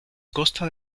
costa